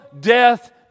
death